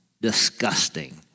disgusting